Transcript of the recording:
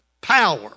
power